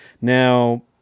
Now